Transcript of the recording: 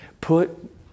put